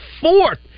fourth